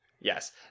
yes